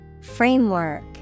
Framework